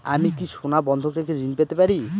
আমি কি সোনা বন্ধক রেখে ঋণ পেতে পারি?